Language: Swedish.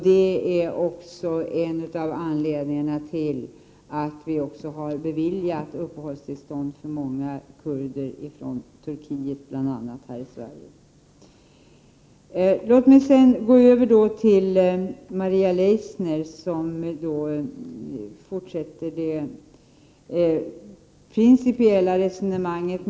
Det är en av anledningarna till att bl.a. många kurder från Turkiet har beviljats uppehållstillstånd i Sverige. Låt mig sedan gå över till Maria Leissner. Hon fortsätter det principiella resonemanget.